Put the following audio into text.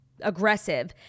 aggressive